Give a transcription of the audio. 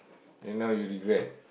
and now you regret